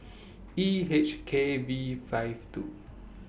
E H K V five two